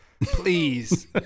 Please